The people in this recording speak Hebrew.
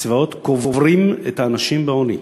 קצבאות קוברות את האנשים בעוני,